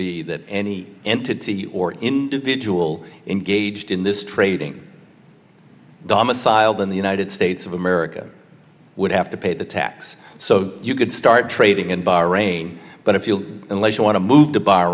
be that any entity or individual engaged in this trading dhamma silden the united states of america would have to pay the tax so you could start trading in bahrain but if you unless you want to move to